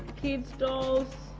kids' dolls,